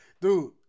dude